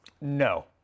No